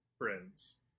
Friends